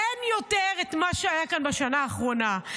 אין יותר מה שהיה כאן בשנה האחרונה.